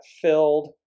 filled